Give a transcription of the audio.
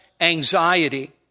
anxiety